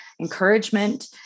encouragement